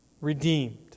redeemed